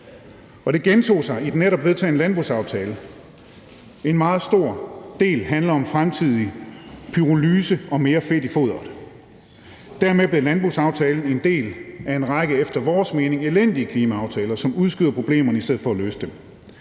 det gentog sig i den netop vedtagne landbrugsaftale. En meget stor del handler om fremtidig pyrolyse og mere fedt i foderet. Dermed blev landbrugsaftalen en del af en række efter vores mening elendige klimaaftaler, som udskyder problemerne i stedet for at løse dem.